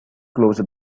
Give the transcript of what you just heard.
close